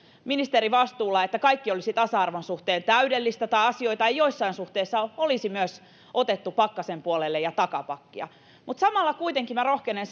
ministerivastuulla että kaikki olisi tasa arvon suhteen täydellistä tai että asioita ei joissain suhteissa olisi myös otettu pakkasen puolelle ja takapakkia mutta samalla kuitenkin minä rohkenen